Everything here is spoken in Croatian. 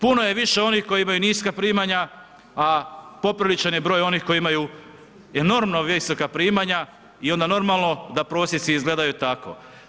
Puno je više onih koji imaju niska primanja, a popriličan je broj onih koji imaju enormno visoka primanja i onda normalno da prosjeci izgledaju tako.